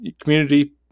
community